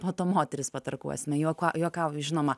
po to moteris patarkuosme joko juokauju žinoma